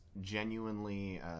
genuinely